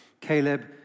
Caleb